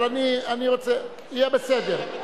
יהיה בסדר.